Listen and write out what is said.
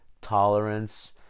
tolerance